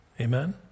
Amen